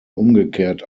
umgekehrt